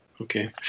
Okay